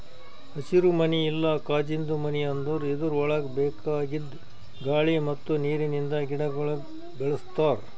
ಹಸಿರುಮನಿ ಇಲ್ಲಾ ಕಾಜಿಂದು ಮನಿ ಅಂದುರ್ ಇದುರ್ ಒಳಗ್ ಬೇಕಾಗಿದ್ ಗಾಳಿ ಮತ್ತ್ ನೀರಿಂದ ಗಿಡಗೊಳಿಗ್ ಬೆಳಿಸ್ತಾರ್